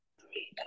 Three